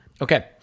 Okay